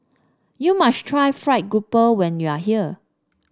you must try fried grouper when you are here